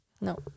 No